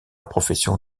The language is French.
profession